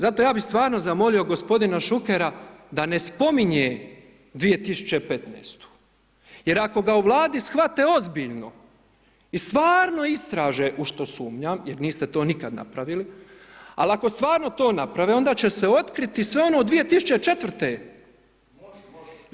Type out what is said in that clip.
Zato, ja bi stvarno zamolio gospodina Šukera da ne spominje 2015.-tu jer ako ga u Vladi shvate ozbiljno i stvarno istraže, u što sumnjam, jer niste to nikada napravili, al ako stvarno to naprave, onda će se otkriti sve ono 2004.-te.